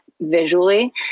visually